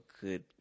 good